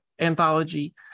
anthology